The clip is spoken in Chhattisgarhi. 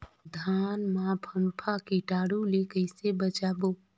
धान मां फम्फा कीटाणु ले कइसे बचाबो?